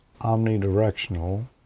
omnidirectional